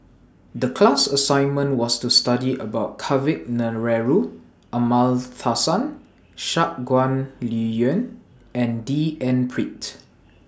The class assignment was to study about Kavignareru Amallathasan Shangguan Liuyun and D N Pritt